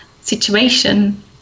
situation